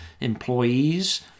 employees